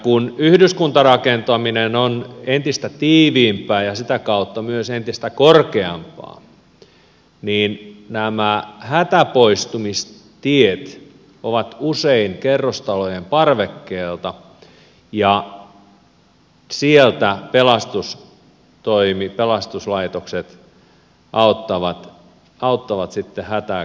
kun yhdyskuntarakentaminen on entistä tiiviimpää ja sitä kautta myös entistä korkeampaa niin nämä hätäpoistumistiet ovat usein kerrostalojen parvekkeelta ja sieltä pelastustoimi pelastuslaitokset auttavat sitten hätää kärsivät pois